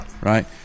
right